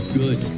good